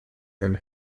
and